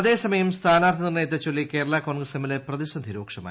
അതേസമയം സ്ഥാനാർത്ഥി നിർണയത്തെച്ചൊല്ലി കേരളാ കോൺഗ്രസ് എമ്മിലെ പ്രതിസന്ധി രൂക്ഷമായി